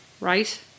Right